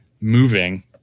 moving